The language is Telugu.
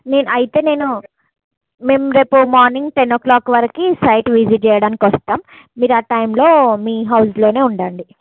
నే అయితే నేను మేము రేపు మార్నింగ్ టెన్ ఓ క్లాక్ వరకు సైట్ విజిట్ చెయ్యడానికి వస్తాం మీరు ఆ టైంలో మీ హౌజ్లోనే ఉండండి